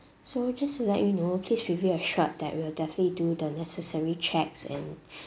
so just to let you know please be reassured that we'll definitely do the necessary checks and